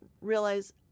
realize